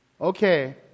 okay